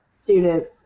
students